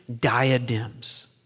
diadems